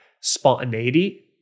spontaneity